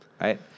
right